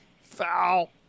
Foul